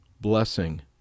blessing